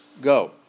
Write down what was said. go